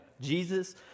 Jesus